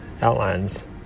outlines